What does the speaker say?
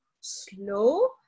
slow